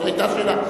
היתה שאלה.